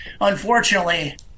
unfortunately